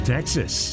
Texas